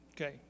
okay